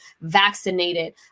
vaccinated